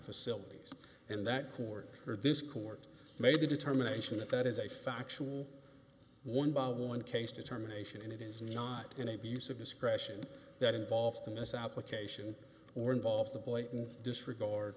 facilities and that court or this court made the determination that that is a factual one by one case determination and it is not an abuse of discretion that involved in the south occasion or involves the blatant disregard